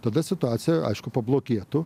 tada situacija aišku pablogėtų